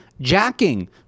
jacking